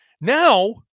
Now